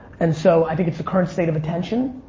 and so, i think it's the current state of attention.